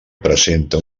presenta